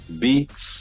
beats